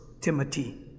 Timothy